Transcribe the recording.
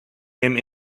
him